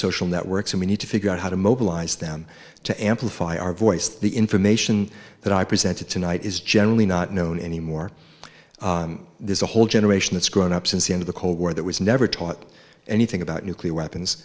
social networks and we need to figure out how to mobilize them to amplify our voice the information that i presented tonight is generally not known anymore there's a whole generation that's grown up since the end of the cold war that was never taught anything about nuclear weapons